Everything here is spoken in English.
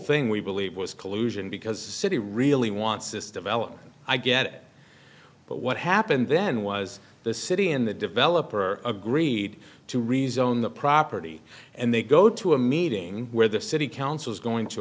thing we believe was collusion because the city really wants this development i get it but what happened then was the city in the developer agreed to rezone the property and they go to a meeting where the city council is going to